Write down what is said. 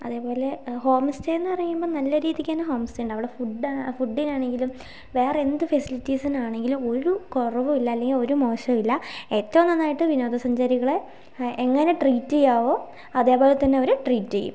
അതേപോലെ ഹോംസ്റ്റേയെന്നു പറയുമ്പോൾ നല്ലരീതിക്കു തന്നെ ഹോംസ് ഉണ്ട് അവിടെ ഫുഡിനാണെങ്കിലും വേറെ എന്തു ഫെസിലിറ്റീസിനാണെങ്കിലും ഒരു കുറവും ഇല്ല അല്ലെങ്കിൽ ഒരു മോശവും ഇല്ല ഏറ്റവും നന്നായിട്ടു വിനോദസഞ്ചാരികളെ എങ്ങനെ ട്രീറ്റ് ചെയ്യാവോ അതേപോലെതന്നെ അവരു ട്രീറ്റ് ചെയ്യും